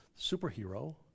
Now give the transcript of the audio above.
superhero